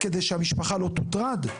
כדי שהמשפחה לא תוטרד.